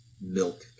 milk